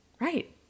right